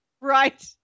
right